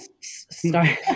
start